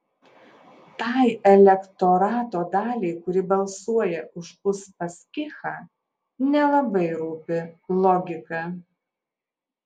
tai elektorato daliai kuri balsuoja už uspaskichą nelabai rūpi logika